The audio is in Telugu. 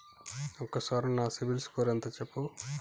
ఒక్కసారి నా సిబిల్ స్కోర్ ఎంత చెప్పు?